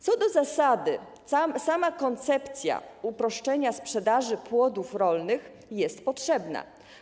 Co do zasady sama koncepcja uproszczenia sprzedaży płodów rolnych jest potrzebna.